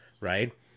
right